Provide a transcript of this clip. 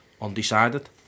undecided